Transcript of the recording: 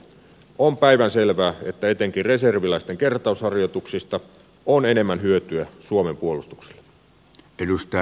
on päivänselvää että etenkin reserviläisten kertausharjoituksista on enemmän hyötyä suomen puolustukselle